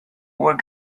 what